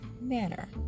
manner